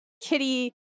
Kitty